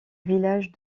village